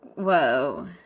Whoa